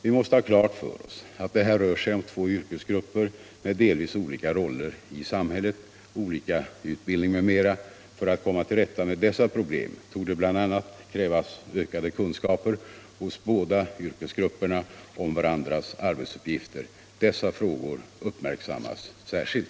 Vi måste ha klart för oss att det här rör sig om två yrkesgrupper med delvis olika roller i samhället, olika utbildning m.m. För att komma till rätta med dessa problem torde bl.a. krävas ökade kunskaper hos båda yrkesgrupperna om varandras arbetsuppgifter. Dessa frågor uppmärksammas särskilt.